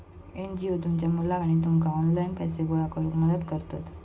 NGO तुमच्या मुलाक आणि तुमका ऑनलाइन पैसे गोळा करूक मदत करतत